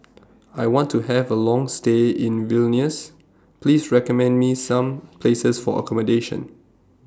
I want to Have A Long stay in Vilnius Please recommend Me Some Places For accommodation